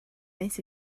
nes